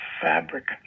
fabric